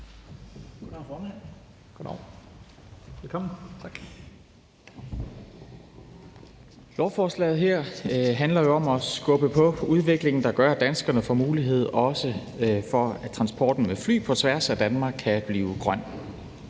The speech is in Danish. Lovforslaget her handler jo om at skubbe på udviklingen, der gør, at danskerne også får mulighed for, at transporten med fly på tværs af Danmark kan blive grøn.